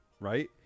Right